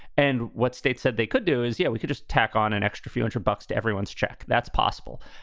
and what state said they could do is, yeah, we could just tack on an extra few hundred bucks to everyone's check. that's possible.